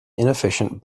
inefficient